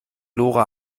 lora